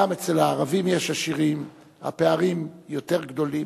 גם אצל הערבים יש עשירים, והפערים יותר גדולים,